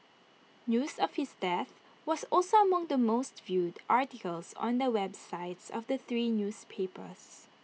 news of his death was also among the most viewed articles on the websites of the three newspapers